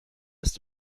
ist